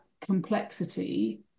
complexity